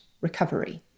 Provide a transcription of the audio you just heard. recovery